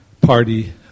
party